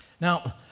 Now